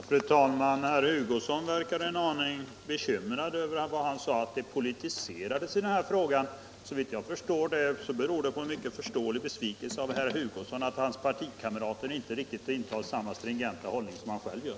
Fru talman! Herr Hugosson verkade en aning bekymrad över att det ”politiserades” i denna fråga. Såvitt jag förstår beror det på en mycket förståelig besvikelse hos herr Hugosson över att hans partikamrater inte intar riktigt samma stringenta hållning som han själv gör.